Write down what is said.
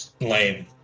lame